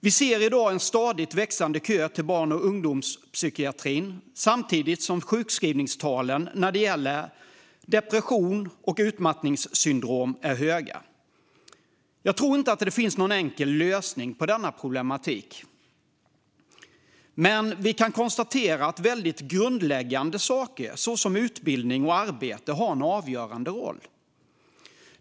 Vi ser i dag en stadigt växande kö till barn och ungdomspsykiatrin, samtidigt som sjukskrivningstalen när det gäller depression och utmattningssyndrom är höga. Jag tror inte att det finns någon enkel lösning på denna problematik, men vi kan konstatera att väldigt grundläggande saker som utbildning och arbete har en avgörande roll.